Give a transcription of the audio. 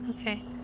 Okay